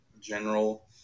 general